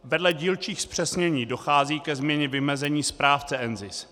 Vedle dílčích zpřesnění dochází ke změně vymezení správce NZIS.